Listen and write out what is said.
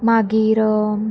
मागीर